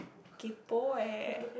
kaypoh eh